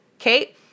okay